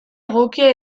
egokia